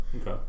Okay